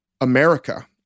America